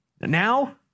Now